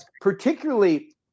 particularly